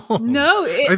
No